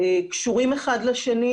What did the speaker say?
קשורים אחד לשני,